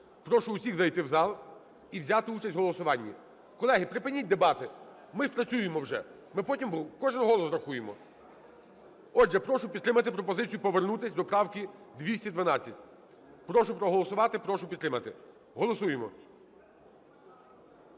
Прошу усіх зайти в зал і взяти участь в голосуванні. Колеги, припиніть дебати! Ми працюємо вже. Ми потім кожен голос рахуємо. Отже, прошу підтримати пропозицію повернутися до правки 212. Прошу проголосувати, прошу підтримати. Голосуємо.